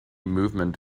movement